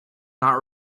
not